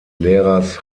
lehrers